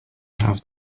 have